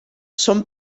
són